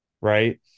right